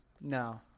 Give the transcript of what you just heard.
No